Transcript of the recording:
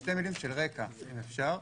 שתי מילים של רקע, אם אפשר.